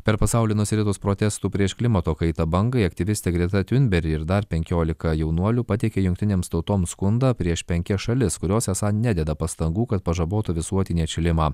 per pasaulį nusiritus protestų prieš klimato kaitą bangai aktyvistė greta tiunber ir dar penkiolika jaunuolių pateikė jungtinėms tautoms skundą prieš penkias šalis kurios esą nededa pastangų kad pažabotų visuotinį atšilimą